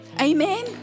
Amen